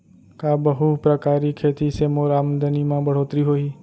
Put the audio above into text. का बहुप्रकारिय खेती से मोर आमदनी म बढ़होत्तरी होही?